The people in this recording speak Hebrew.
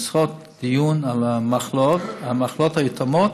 לעשות דיון על המחלות היתומות.